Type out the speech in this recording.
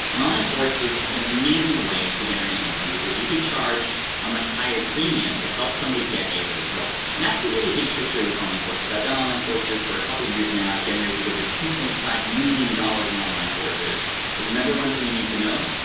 an online course is an amazing way to generate an income because you could charge a much higher premium to help somebody get a result, and that's the really big trick here with online courses. i've done online courses for a couple years now, i've generated over two point five million dollars in online courses. the number one thing you need to know,